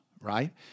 right